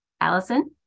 Allison